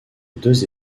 deux